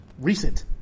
recent